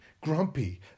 grumpy